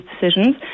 decisions